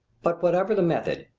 but whatever the method,